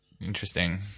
interesting